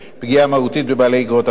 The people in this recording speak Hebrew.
פגיעה מהותית בבעלי איגרות החוב.